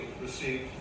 received